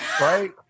right